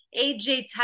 AJ